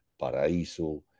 Paraíso